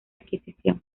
adquisición